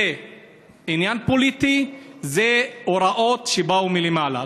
זה עניין פוליטי, זה הוראות שבאו מלמעלה.